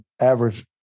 average